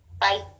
Bye